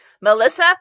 Melissa